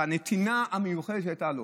בנתינה המיוחדת שהייתה לו.